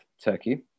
Turkey